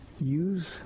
use